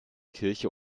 kirche